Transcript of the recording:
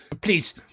please